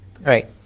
right